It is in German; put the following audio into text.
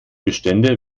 bestände